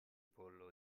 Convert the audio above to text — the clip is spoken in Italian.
pollo